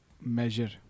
measure